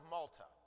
Malta